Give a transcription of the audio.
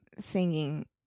singing